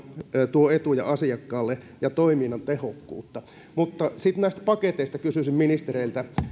tuo etuja asiakkaalle ja toiminnan tehokkuutta mutta sitten näistä paketeista kysyisin ministereiltä